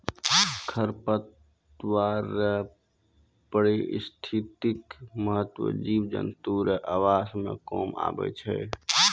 खरपतवार रो पारिस्थितिक महत्व जिव जन्तु रो आवास मे काम आबै छै